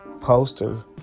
poster